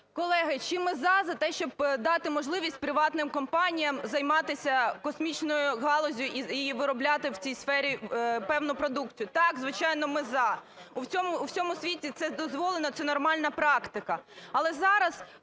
Колеги, чи ми "за", за те, щоб дати можливість приватним компаніям займатися космічною галуззю і виробляти в цій сфері певну продукцію? Так, звичайно ми "за". У всьому світі це дозволено, це нормальна практика. Але зараз